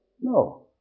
No